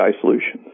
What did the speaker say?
solutions